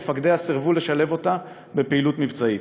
מפקדיה סירבו לשלב אותה בפעילות מבצעית.